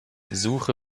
suche